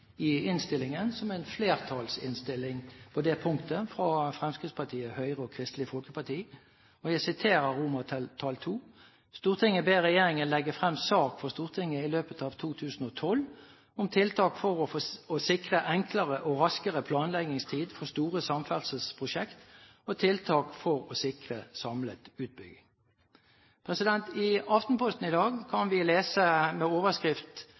i innstillingen, som er en flertallsinnstilling på det punktet fra Fremskrittspartiet, Høyre og Kristelig Folkeparti. Jeg siterer II: «Stortinget ber regjeringen legge frem sak for Stortinget i løpet av 2012 om tiltak for å sikre enklere og raskere planleggingstid for store samferdselsprosjekt og tiltak for å sikre samlet utbygging.» I Aftenposten i dag kan vi lese med overskrift